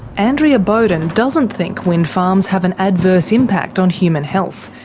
andrea bowden doesn't think wind farms have an adverse impact on human health,